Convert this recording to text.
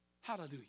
Hallelujah